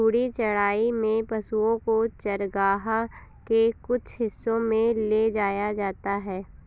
घूर्णी चराई में पशुओ को चरगाह के कुछ हिस्सों में ले जाया जाता है